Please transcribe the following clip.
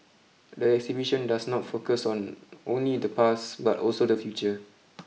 the exhibition does not focus on only the past but also the future